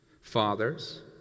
Fathers